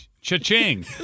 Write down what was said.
Cha-ching